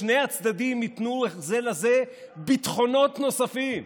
שני הצדדים ייתנו זה לזה ביטחונות נוספים.